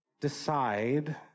decide